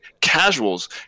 casuals